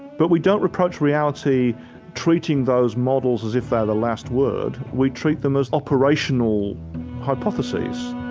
but we don't approach reality treating those models as if they are the last word. we treat them as operational hypotheses